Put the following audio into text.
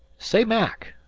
say, mac,